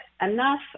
enough